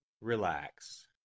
relax